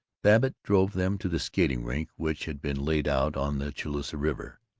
babbitt drove them to the skating-rink which had been laid out on the chaloosa river.